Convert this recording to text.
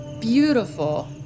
beautiful